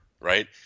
right